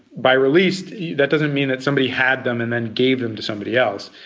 by released that doesn't mean that somebody had them and then gave them to somebody else,